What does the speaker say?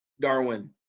Darwin